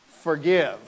forgive